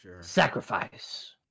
Sacrifice